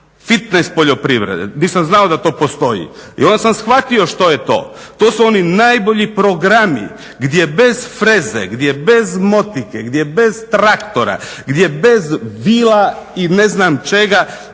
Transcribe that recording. "fitnes poljoprivrede", nisam znao da to postoji. I onda sam shvatio što je to. To su oni najbolji programi gdje bez freze, gdje bez motike, gdje bez traktora, gdje bez vila i ne znam čega